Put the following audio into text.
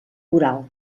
coral